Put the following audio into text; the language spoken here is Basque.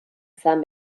izan